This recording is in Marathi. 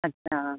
अच्छा